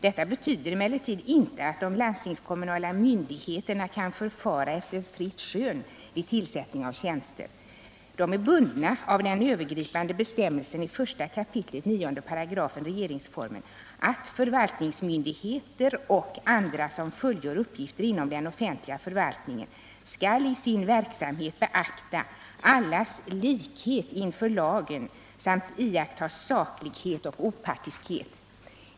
Detta betyder emellertid inte att de landstingskommunala myndigheterna kan förfara efter fritt skön vid tillsättning av tjänster. De är bundna av den övergripande bestämmelsen i 1 kap. 9§ regeringsformen att förvaltningsmyndigheter och andra som fullgör uppgifter inom den offentliga förvaltningen skall i sin verksamhet beakta allas likhet inför lagen samt iaktta saklighet och opartiskhet.